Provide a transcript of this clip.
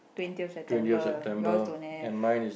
twenty of September yours don't have